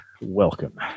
Welcome